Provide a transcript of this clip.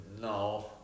No